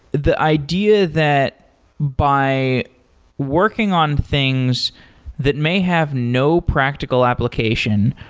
the idea that by working on things that may have no practical application,